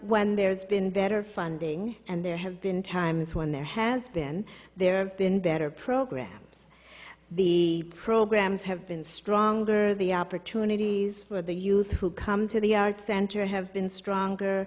when there's been better funding and there have been times when there has been there been better programs the programs have been stronger the opportunities for the youth who come to the arts center have been stronger